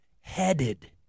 headed